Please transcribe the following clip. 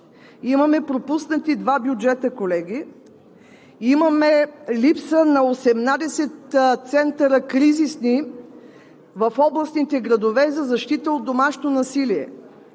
Имаме пропуснати два бюджета, колеги! Имаме липса на 18 кризисни центъра в областните градове за защита от домашното насилие.